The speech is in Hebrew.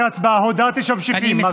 ההצבעה הודעתי שממשיכים.